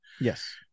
yes